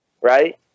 right